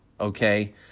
okay